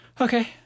okay